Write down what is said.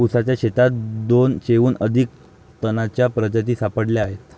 ऊसाच्या शेतात दोनशेहून अधिक तणांच्या प्रजाती सापडल्या आहेत